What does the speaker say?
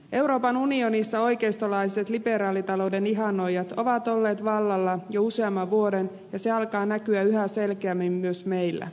euroopan unionissa oikeistolaiset liberaalitalouden ihannoijat ovat olleet vallalla jo useamman vuoden ja se alkaa näkyä yhä selkeämmin myös meillä